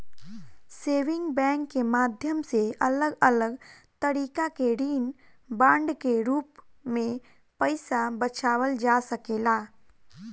saving bank के माध्यम से अलग अलग तरीका के ऋण बांड के रूप में पईसा बचावल जा सकेला